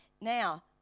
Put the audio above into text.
Now